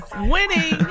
Winning